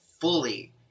fully